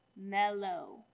mellow